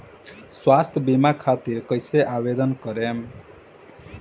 स्वास्थ्य बीमा खातिर कईसे आवेदन करम?